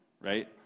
right